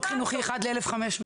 --- ופסיכולוג חינוכי אחד ל-1,500.